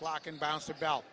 clock and bounce about